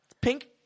Pink